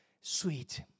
sweet